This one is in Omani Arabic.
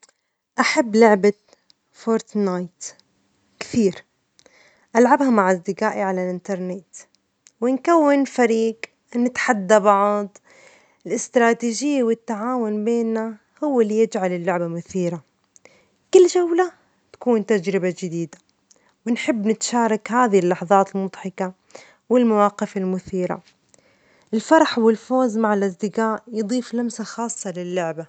أحب لعبة فورت نايت كثير، ألعبها مع أصدجائي على الإنترنت ونكون فريقا نتحدى بعض، الاستراتيجية والتعاون بيننا هو الذي يجعل اللعبة مثيرة ،كل جولة تكون تجربة جديدة، نحب نتشارك هذه اللحظات المضحكة والمواقف المثيرة الفرح والفوز مع الأصدجاء يضيف لمسة خاصة للعبة.